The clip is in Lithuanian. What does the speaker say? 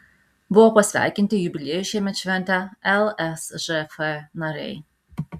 buvo pasveikinti jubiliejus šiemet šventę lsžf nariai